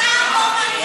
השר לא מעניין אותנו.